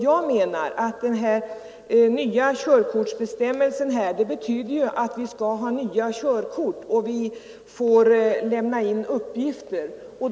Den nya körkortsbestämmelsen betyder ju att vi skall ha nya körkort och att vi skall lämna in uppgifter i det sammanhanget.